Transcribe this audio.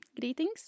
greetings